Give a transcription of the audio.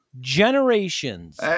generations